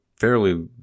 fairly